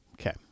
Okay